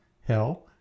Hell